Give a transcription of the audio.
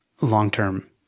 long-term